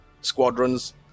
Squadrons